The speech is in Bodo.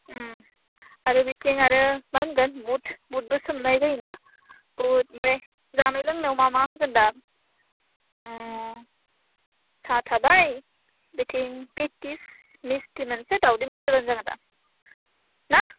उम आरो बिथिं आरो मा होनगोन बद बुदबो सोमनाय जायोना बुद ओमफ्राय जानाय लोंनायाव मा मा होगोन दा उम साहा थाबाय बिथिं फिदखिस मिस्थि मोनसे दावदै मोनसे होबानो जागोन दां ना